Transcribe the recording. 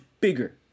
Bigger